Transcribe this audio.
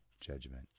judgment